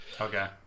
okay